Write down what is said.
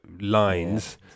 lines